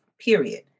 period